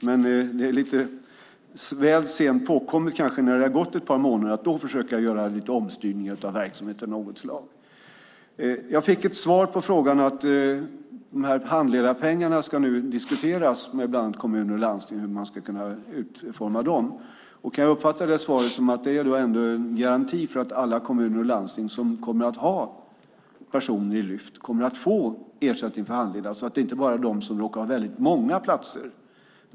Men det är lite väl sent påkommet att när det har gått ett par månader försöka göra en omstyrning av verksamhet av något slag. Jag fick ett svar på frågan om handledarpengarna. Man ska nu diskutera med landets kommuner och landsting om hur man ska utforma dem. Kan jag uppfatta svaret som en garanti för att alla kommuner som har personer i Lyft kommer att få ersättning för handledare, så att det inte bara blir de som har väldigt många platser?